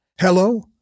Hello